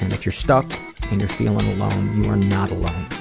if you're stuck and you're feeling alone, you are not alone.